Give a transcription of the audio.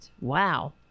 wow